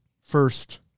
first